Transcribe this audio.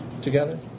together